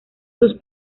sus